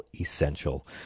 essential